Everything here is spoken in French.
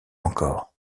encore